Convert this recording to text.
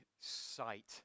sight